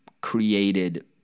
created